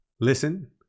listen